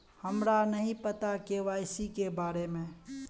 हमरा नहीं पता के.वाई.सी के बारे में?